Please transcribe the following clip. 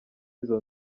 izo